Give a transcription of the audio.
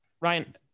Ryan